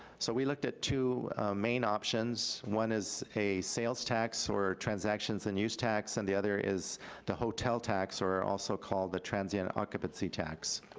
so, we looked at two main options. one is a sales tax or transactions and use tax, and the other is the hotel tax, or also called the transient occupancy tax.